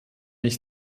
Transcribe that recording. ich